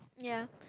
ya